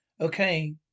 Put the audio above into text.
Okay